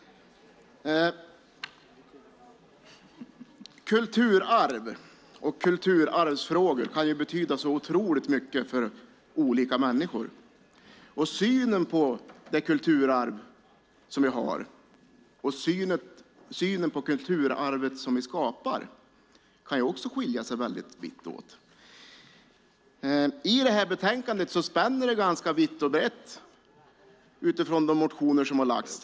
Kulturarv och kulturarvsfrågor kan vara så mycket för olika människor. Synen på det kulturarv vi har och synen på det kulturarv vi skapar kan också vara olika. I betänkandet är det ett brett spann mellan de motioner som har lagts fram.